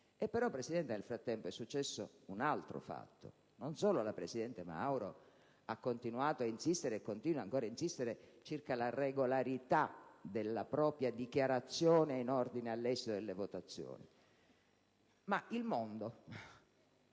frattempo, Presidente, è successo un altro fatto. Non solo la presidente Mauro ha continuato - e continua tuttora - ad insistere circa la regolarità della propria dichiarazione in ordine all'esito delle votazioni, ma il mondo